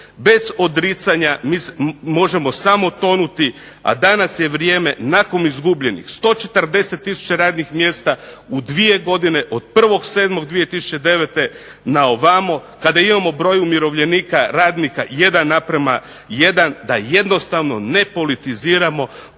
Bez odricanja mi možemo samo tonuti, a danas je vrijeme nakon izgubljenih 140 tisuća radnih mjesta u dvije godine od 1.07.2009. na ovamo kada imamo broj umirovljenika, radnika 1 na prema 1, da jednostavno ne politiziramo